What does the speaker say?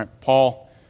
Paul